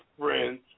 friends